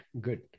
Good